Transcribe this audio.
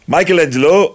Michelangelo